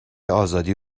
آزادی